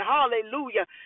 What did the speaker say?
Hallelujah